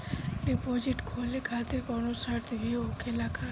Deposit खोले खातिर कौनो शर्त भी होखेला का?